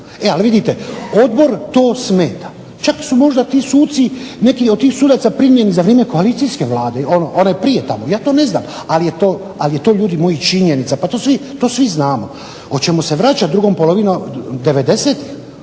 Ali vidite Odbor to smeta, čak su neki suci, neki od tih sudaca primljeni za vrijeme koalicijske vlade, one prije tamo, ja to ne znam ali to je činjenica, to svi znamo. Hoćemo se vraćati drugom polovinom 90.,